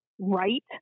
right